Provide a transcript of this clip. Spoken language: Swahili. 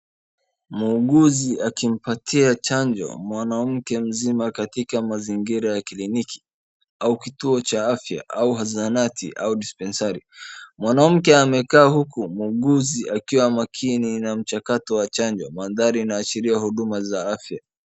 Muuguzii akimpatia chanjo mwanamke mzima katika mazingira ya kliniki au kituo cha afya au zahanati au dispensary . Mwanamke amekaa huku muuguzi akiwa makini na mchakato wa chanjo. Mandhari inaashiria huduma za afya.